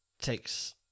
takes